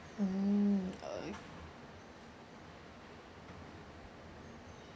mm oh